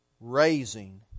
raising